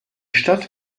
stadt